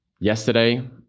yesterday